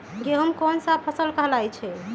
गेहूँ कोन सा फसल कहलाई छई?